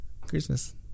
christmas